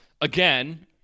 again